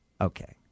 Okay